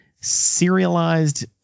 serialized